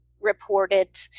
reported